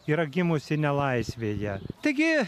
yra gimusi nelaisvėje taigi